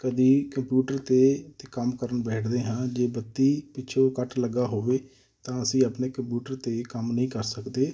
ਕਦੀ ਕੰਪਿਊਟਰ 'ਤੇ ਅਤੇ ਕੰਮ ਕਰਨ ਬੈਠਦੇ ਹਾਂ ਜੇ ਬੱਤੀ ਪਿੱਛੋਂ ਕੱਟ ਲੱਗਾ ਹੋਵੇ ਤਾਂ ਅਸੀਂ ਆਪਣੇ ਕੰਪਿਊਟਰ 'ਤੇ ਕੰਮ ਨਹੀਂ ਕਰ ਸਕਦੇ